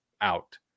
out